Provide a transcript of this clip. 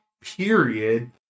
period